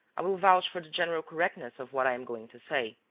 i will vouch for the general correctness of what i am going to say.